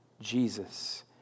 Jesus